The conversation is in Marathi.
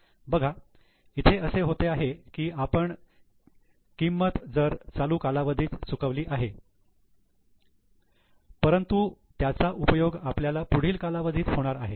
बघा इथे असे होते आहे की आपण किंमत तर चालू कालावधीत चुकवली आहे परंतु त्याचा उपयोग आपल्याला पुढील कालावधीत होणार आहे